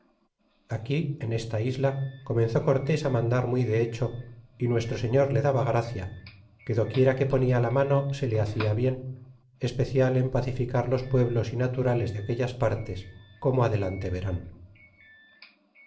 aquí en esta isla comenzó cortés á mandar muy de hecho y nuestro señor le daba gracia que doquiera que ponia la mano se le hacia bien especial en pacificar los pueblos y naturales de aquellas partes como adelante verán